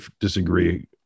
disagree